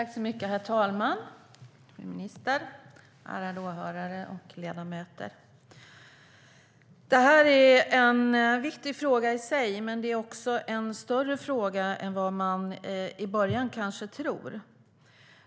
Herr talman, minister, ärade åhörare och ledamöter! Detta är en viktig fråga i sig. Det är också en större fråga än vad man i början kanske tror.